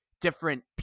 different